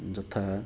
ଯଥା